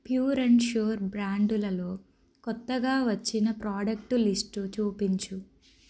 pure and Sure బ్రాండులలో కొత్తగా వచ్చిన ప్రాడక్టు లిస్టు చూపించు